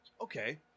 Okay